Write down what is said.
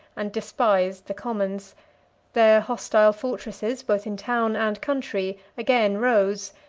and despised the commons their hostile fortresses, both in town and country, again rose,